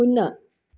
শূন্য